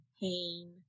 pain